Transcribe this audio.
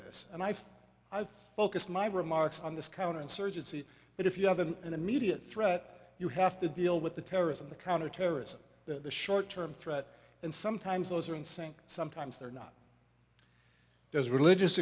this and i've focused my remarks on this counterinsurgency but if you have an immediate threat you have to deal with the terrorism the counterterrorism the short term threat and sometimes those are in sync sometimes they're not does religious